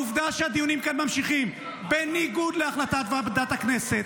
העובדה שהדיונים כאן ממשיכים בניגוד להחלטת ועדת הכנסת,